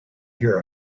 hear